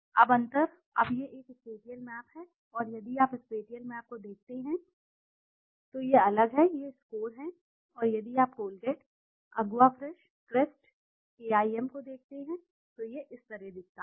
अब अंतर अब यह एक स्पेटिअल मैप है और यदि आप स्पेटिअल मैप को देखते हैं यदि आप इसे देखते हैं तो अलग ये स्कोर हैं और यदि आप Colgate Aquafresh Crest A I M को देखते हैं तो यह इस तरह दिखता है